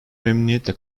memnuniyetle